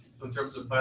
in terms of